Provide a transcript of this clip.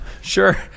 sure